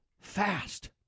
fast